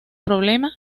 problema